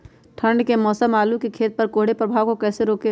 ठंढ के समय आलू के खेत पर कोहरे के प्रभाव को कैसे रोके?